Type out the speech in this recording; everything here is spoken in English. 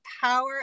power